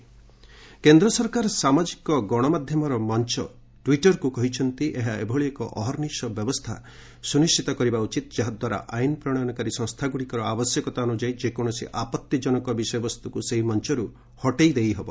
home secretary Twitter କେନ୍ଦ୍ର ସରକାର ସାମାଜିକ ଗଣମାଧ୍ୟମର ମଞ୍ଚ ଟ୍ୱିଟର୍କୁ କହିଛନ୍ତି ଏହା ଏଭଳି ଏକ ଅହର୍ନିଶି ବ୍ୟବସ୍ଥା ସୁନିଶ୍ଚିତ କରିବା ଉଚିତ ଯାହାଦ୍ୱାରା ଆଇନ ପ୍ରଣୟନକାରୀ ସଂସ୍ଥାଗୁଡ଼ିକର ଆବଶ୍ୟକତା ଅନୁଯାୟୀ ଯେ କୌଣସି ଆପଭିଜନକ ବିଷୟବସ୍ତୁକୁ ସେହି ମଞ୍ଚରୁ ହଟେଇ ଦେଇହେବ